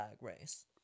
Race